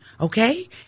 okay